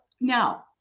now